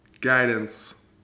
guidance